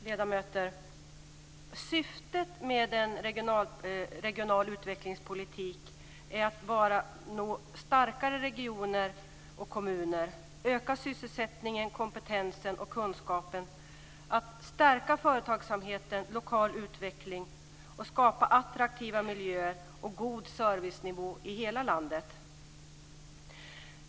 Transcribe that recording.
Fru talman! Syftet med en regional utvecklingspolitik är att få starkare kommuner och regioner, att öka sysselsättningen, kompetensen och kunskapen, att stärka företagsamheten och lokal utveckling och att skapa attraktiva miljöer och god servicenivå i hela landet.